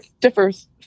differs